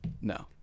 No